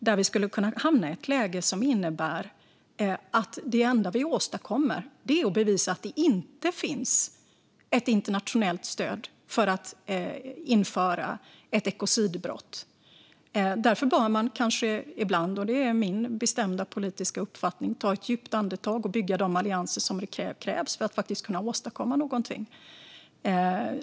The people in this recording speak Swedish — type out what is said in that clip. Vi vill inte hamna i ett läge som innebär att det enda vi åstadkommer är att bevisa att det inte finns internationellt stöd för att införa brottsrubriceringen ekocidbrott. Därför bör vi, som det är min bestämda politiska uppfattning att man ibland bör göra, ta ett djupt andetag och bygga de allianser som krävs för att faktiskt kunna åstadkomma någonting.